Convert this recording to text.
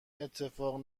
اتفاق